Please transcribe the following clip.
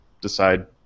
decide